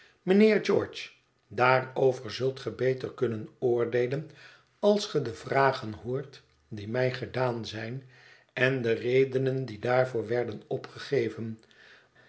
mijnheer george daarover zult ge beter kunnen oordeelen als ge de vragen hoort die mij gedaan zijn en de redenen die daarvoor werden opgegeven